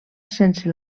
sense